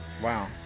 Wow